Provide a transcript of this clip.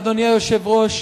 אדוני היושב-ראש,